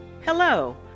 Hello